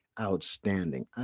outstanding